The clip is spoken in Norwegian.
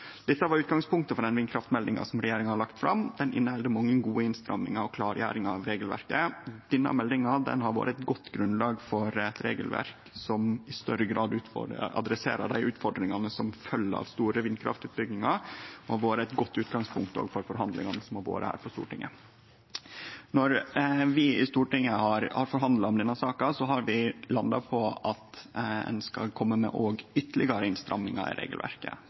Dette er utgangspunktet for den vindkraftmeldinga regjeringa har lagt fram. Ho inneheld mange gode innstrammingar og klargjeringar av regelverket. Denne meldinga har vore eit godt grunnlag for eit regelverk som i større grad adresserer dei utfordringane som følgjer av store vindkraftutbyggingar, og har òg vore eit godt utgangspunkt for forhandlingane som har vore her på Stortinget. Når vi i Stortinget har forhandla om denne saka, har vi landa på at ein skal kome med ytterlegare innstrammingar i regelverket.